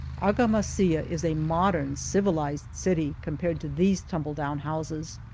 arga masilla is a modern, civilized city compared to these tumble down houses,